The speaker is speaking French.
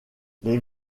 les